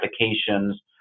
applications